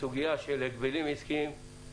סוגיה של הגבלים עסקיים?